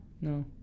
No